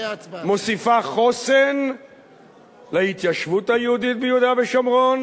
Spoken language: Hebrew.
מוסיפה חוסן להתיישבות היהודית ביהודה ושומרון